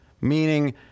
meaning